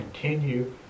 continue